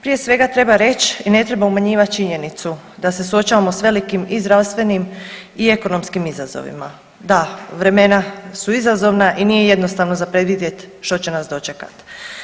Prije svega treba reć i na treba umanjivat činjenicu da se suočavamo s velikim i zdravstvenim i ekonomskim izazovima, da vremena su izazovna i nije jednostavno za predvidjet što će nas dočekat.